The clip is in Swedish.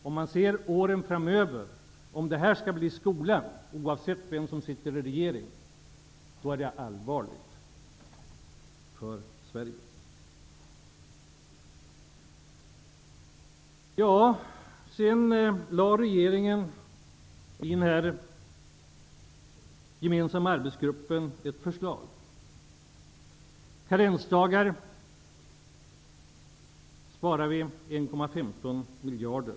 Om det här skall bilda skola under åren framöver, oavsett vem som sitter i regeringsställning, är det allvarligt för Sverige. Regeringen lade fram ett förslag i den gemensamma arbetsgruppen. Med karensdagar sparar vi 1,15 miljarder.